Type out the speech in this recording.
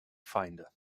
feinde